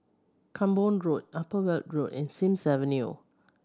Camborne Road Upper Weld Road and Sims Avenue